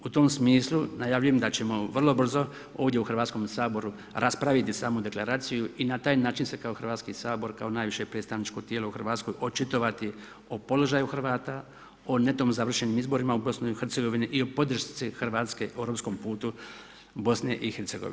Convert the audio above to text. U tom smislu, najavljujem da ćemo vrlo brzo ovdje u Hrvatskome saboru, raspraviti samu deklaraciju i na taj način se kao Hrvatski sabor, kao najviše predstavničko tijelo u Hrvatskoj očitovati o položaju Hrvata, o netom završenim izborima u BIH i o podršci Hrvatske u europskom putu BIH.